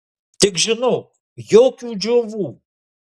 tik žinok jokių džiovų